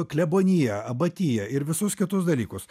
kleboniją abatiją ir visus kitus dalykus